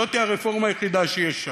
זאת היא הרפורמה היחידה שיש שם.